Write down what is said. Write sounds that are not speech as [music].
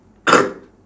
[coughs]